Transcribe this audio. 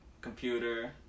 computer